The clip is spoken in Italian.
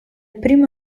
primo